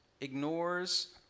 ignores